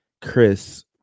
Chris